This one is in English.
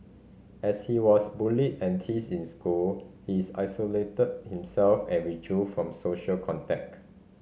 as he was bullied and teased in school he's isolated himself and withdrew from social contact